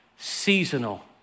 Seasonal